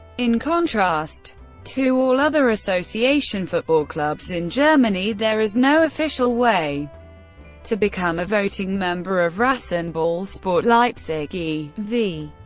in contrast to all other association football clubs in germany, there is no official way to become a voting member of rasenballsport leipzig e v.